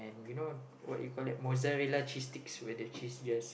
you know what you call that mozzarella cheese sticks with the cheese yes